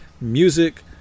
music